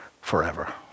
forever